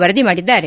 ವರದಿ ಮಾಡಿದ್ದಾರೆ